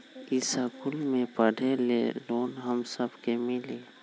इश्कुल मे पढे ले लोन हम सब के मिली?